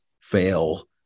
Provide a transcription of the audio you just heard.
fail